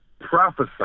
prophesy